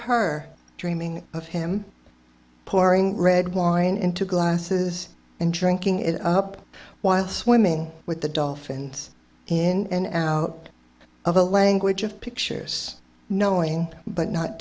her dreaming of him pouring red wine into glasses and drinking it up while swimming with the dolphins and out of a language of pictures knowing but not